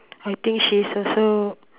I think she's also